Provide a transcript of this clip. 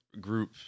group